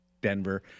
Denver